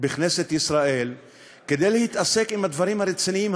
בכנסת ישראל כדי להתעסק בדברים הרציניים,